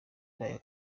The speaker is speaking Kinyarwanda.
inda